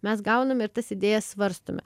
mes gauname ir tas idėjas svarstome